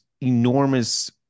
enormous